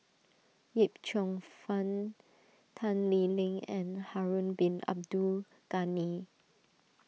Yip Cheong Fun Tan Lee Leng and Harun Bin Abdul Ghani